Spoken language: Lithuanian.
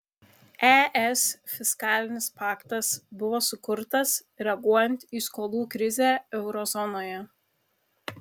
es fiskalinis paktas buvo sukurtas reaguojant į skolų krizę euro zonoje